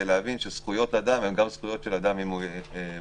להבין שזכויות אדם הן גם זכויות של אדם עם מוגבלות,